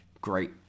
great